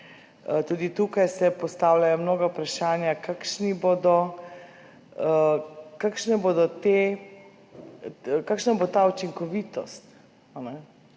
Tudi tukaj se postavljajo mnoga vprašanja, kakšna bo ta učinkovitost,